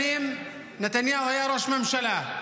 והרבה שנים נתניהו היה ראש ממשלה,